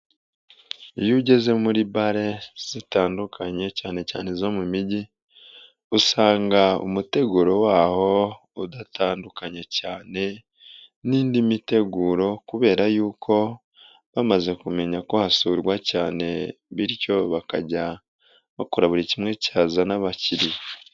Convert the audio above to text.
Iyo ugeze muri bare zitandukanye, cyane cyane izo mu mijyi, usanga umuteguro waho udatandukanye cyane n'indi miteguro, kubera yuko bamaze kumenya ko hasurwa cyane, bityo bakajya bakora buri kimwe cyazana abakiriya.